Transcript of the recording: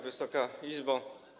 Wysoka Izbo!